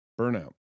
burnout